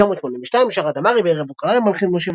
ב-1982 שרה דמארי בערב הוקרה למלחין משה